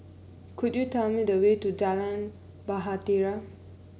could you tell me the way to Jalan Bahtera